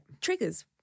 triggers